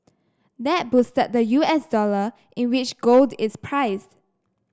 that boosted the U S dollar in which gold is priced